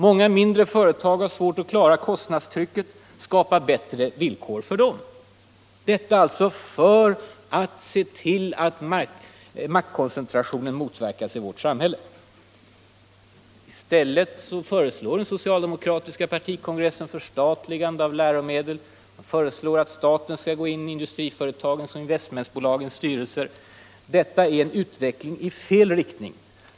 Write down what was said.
Många mindre företag har svårt att klara kostnadstrycket. Skapa bättre villkor för dem! Det gäller att se till att maktkoncentrationen motverkas i vårt samhälle. I stället föreslår den socialdemokratiska partikongressen förstatligande av läromedlen och att staten skall gå in i industriföretagens och investmentbolagens styrelser. Det är en utveckling i fel riktning.